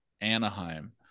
Anaheim